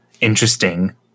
interesting